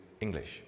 English